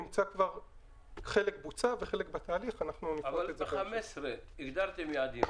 חלק בוצע וחלק בתהליך -- אבל ב-15 הגדרתם יעדים,